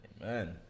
amen